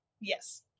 Yes